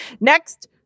Next